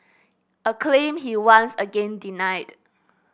a claim he once again denied